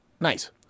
Nice